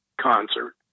concert